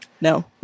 No